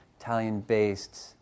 Italian-based